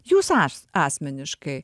jūs as asmeniškai